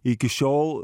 iki šiol